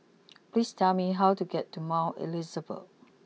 please tell me how to get to Mount Elizabeth